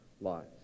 lots